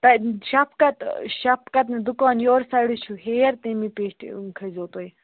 تَتہِ شفقت شفقتنہِ دُکان یورٕ سایڈٕ چھُو ہیر تٔمی پیٚٹھۍ کھٔسۍزیو تُہۍ